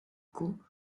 caux